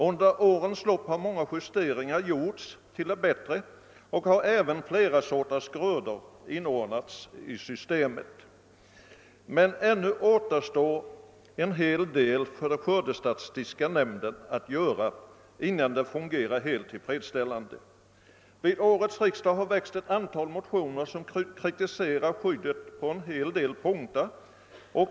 Under årens lopp har många justeringar till det bättre gjorts, och flera sorters grödor har även inordnats i systemet, men ännu återstår en hel del att göra för skördestatistiska nämnden innan systemet kan fungera helt tillfredsställande. Vid årets riksdag har väckts ett antal motioner som kritiserar skyddet på en del punkter.